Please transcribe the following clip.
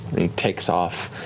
he takes off,